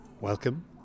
Welcome